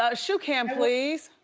ah shoe cam please.